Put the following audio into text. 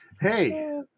Hey